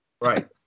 Right